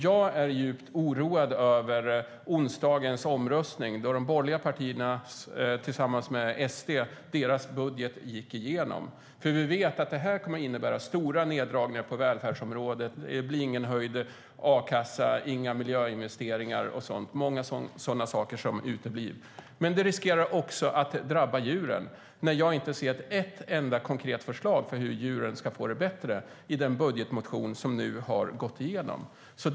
Jag är djupt oroad över onsdagens omröstning då de borgerliga partiernas budget gick igenom tillsammans med SD. Vi vet att det kommer att innebära stora neddragningar på välfärdsområdet. Det blir ingen höjd a-kassa, inga miljöinvesteringar och sådant. Det är många sådana saker som uteblir. Men det riskerar också att drabba djuren. Jag ser inte ett enda konkret förslag för hur djuren ska få det bättre i den budgetmotion som nu har gått igenom.